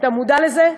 אתה מודע לזה?